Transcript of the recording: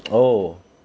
oh